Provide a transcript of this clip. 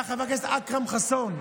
היה חבר כנסת אכרם חסון,